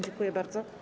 Dziękuję bardzo.